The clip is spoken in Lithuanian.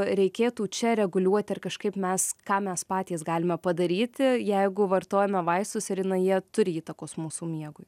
reikėtų čia reguliuoti ar kažkaip mes ką mes patys galime padaryti jeigu vartojame vaistus ir na jie turi įtakos mūsų miegui